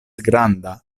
granda